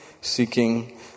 Seeking